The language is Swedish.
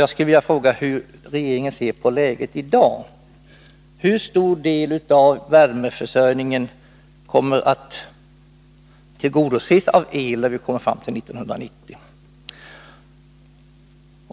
Jag skulle vilja fråga hur regeringen ser på läget i dag. Hur stor del av värmeförsörjningen kommer att tillgodoses av el när vi kommer fram till 1990?